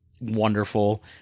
wonderful